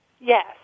Yes